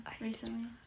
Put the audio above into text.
recently